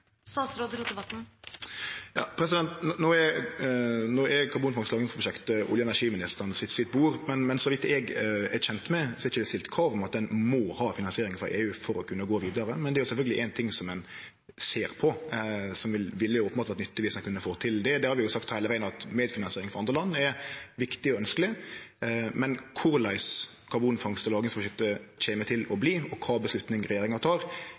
er karbonfangst- og lagringsprosjektet olje- og energiministeren sitt bord, men så vidt eg er kjend med, er det ikkje stilt krav om at ein må ha finansiering frå EU for å kunne gå vidare. Men det er sjølvsagt ein ting som ein ser på, og som openbert ville vere nyttig om vi kunne få til. Vi har sagt heile vegen at medfinansiering frå andre land er viktig og ønskjeleg, men korleis karbonfangst- og lagringsprosjektet kjem til å verte, og kva avgjerd regjeringa